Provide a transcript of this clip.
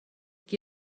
qui